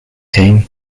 team